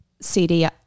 CD